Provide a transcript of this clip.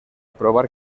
probar